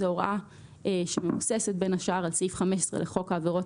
זאת הוראה שמבוססת בין השאר על סעיף 15 לחוק העבירות